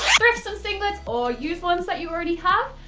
thrift some singlets, or use ones that you already have,